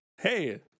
Hey